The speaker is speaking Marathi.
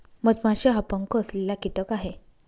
मधमाशी हा पंख असलेला कीटक आहे